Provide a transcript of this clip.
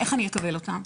איך אני אקבל אותם?